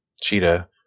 cheetah